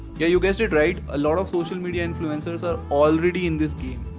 yeah you guessed it right a lot of social media influencers are already in this game.